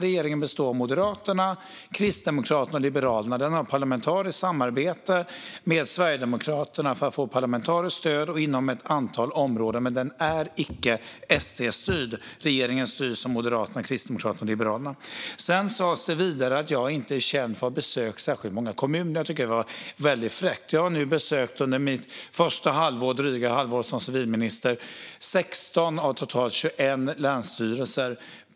Regeringen består av Moderaterna, Kristdemokraterna och Liberalerna. Den har ett samarbete med Sverigedemokraterna inom ett antal områden för att få parlamentariskt stöd, men den är inte SD-styrd. Vidare sades det att jag inte är känd för att ha besökt särskilt många kommuner. Det tycker jag är fräckt. Jag har under mitt dryga halvår som civilminister besökt 16 av totalt 21 länsstyrelser.